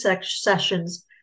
sessions